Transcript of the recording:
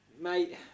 Mate